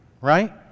right